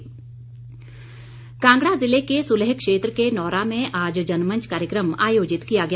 जनमंच कांगड़ा ज़िले के सुलह क्षेत्र के नौरा में आज जनमंच कार्यक्रम आयोजित किया गया